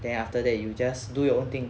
then after that you just do your thing